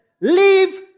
leave